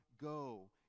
go